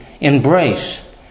embrace